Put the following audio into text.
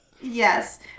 Yes